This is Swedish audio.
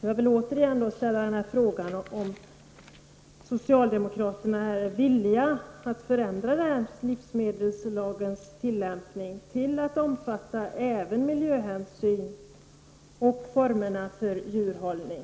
Jag vill återigen fråga om socialdemokraterna är villiga att ändra livsmedelslagens tillämpning till att omfatta även miljöhänsyn och formerna för djurhållning.